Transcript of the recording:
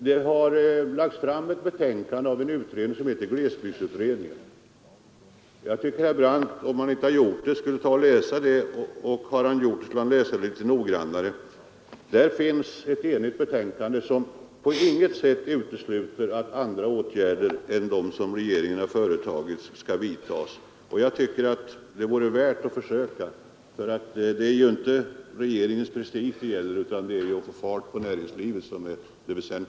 Det har lagts fram ett betänkande av en utredning som heter glesbygdsutredningen. Jag tycker att herr Brandt skulle läsa detta, om han inte redan gjort det, och har han läst det, så bör han studera det noggrannare. Det är ett enigt betänkande som på intet sätt utesluter att andra åtgärder än de som regeringen vidtagit skall vidtas. Och jag tycker det vore värt att försöka med andra åtgärder, för det gäller ju inte regeringens prestige, utan det väsentliga är att få fart på näringslivet.